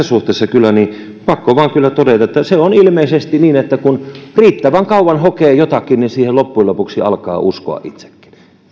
suhteessa on kyllä pakko vain todeta että se on ilmeisesti niin että kun riittävän kauan hokee jotakin niin siihen loppujen lopuksi alkaa uskoa itsekin